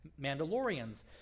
mandalorians